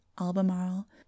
albemarle